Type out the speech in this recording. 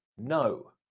No